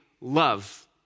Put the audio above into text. love